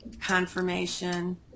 confirmation